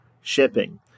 Shipping